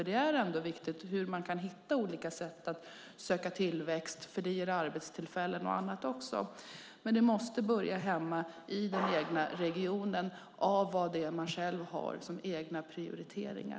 Det är viktigt att hitta olika sätt att söka tillväxt eftersom det ger arbetstillfällen och annat. Det måste börja hemma i den egna regionen när det gäller prioriteringar.